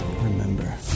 Remember